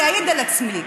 אני אעיד על עצמי,